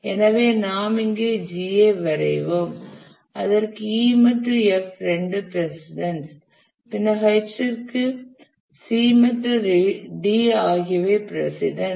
எனவே நாம் இங்கே G ஐ வரைவோம் அதற்கு E மற்றும் F இரண்டும் பிரசிடன்ஸ் பின்னர் H ற்கு C மற்றும் D ஆகியவை பிரசிடன்ஸ்